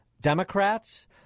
Democrats